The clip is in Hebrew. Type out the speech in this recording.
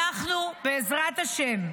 בעזרת השם,